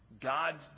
God's